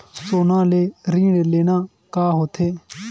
सोना ले ऋण लेना का होथे?